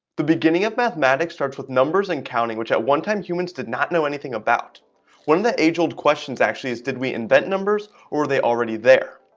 the beginning of mathematics starts with numbers and counting which at one time humans did not know anything about one of the age-old questions actually is did we invent numbers or are they already there?